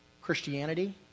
Christianity